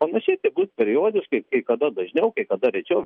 ar panašiai tai bus periodiškai kai kada dažniau kai kada rečiau